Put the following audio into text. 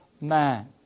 man